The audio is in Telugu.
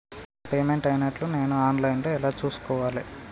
నా పేమెంట్ అయినట్టు ఆన్ లైన్ లా నేను ఎట్ల చూస్కోవాలే?